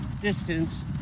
distance